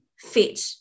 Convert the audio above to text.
fit